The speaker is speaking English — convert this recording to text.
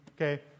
okay